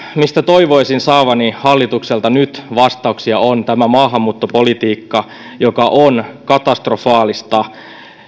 mistä toivoisin saavani hallitukselta nyt vastauksia on tämä maahanmuuttopolitiikka joka on katastrofaalista